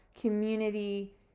community